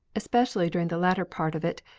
especially during the latter part of it,